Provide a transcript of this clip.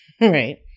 right